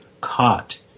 caught